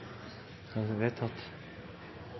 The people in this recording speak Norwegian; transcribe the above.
kan